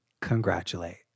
Congratulate